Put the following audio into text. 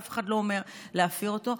ואף אחד לא אומר להפר את זה,